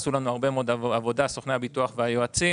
עשו לנו, סוכני הביטוח והיועצים,